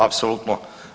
Apsolutno!